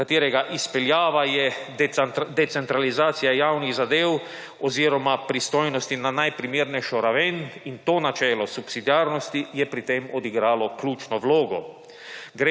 katerega izpeljava je decentralizacija javnih zadev oziroma pristojnosti na najprimernejšo raven in to načelo subsidiarnosti je pri tem odigralo ključno vlogo.